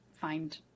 find